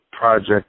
project